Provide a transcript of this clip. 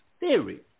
theory